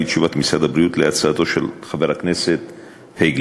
את תשובת משרד הבריאות על הצעתו של חבר הכנסת פייגלין.